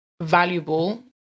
valuable